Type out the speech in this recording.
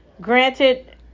Granted